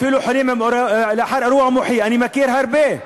אפילו חולים לאחר אירוע מוחי, אני מכיר הרבה,